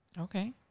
Okay